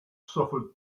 suffered